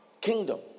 kingdom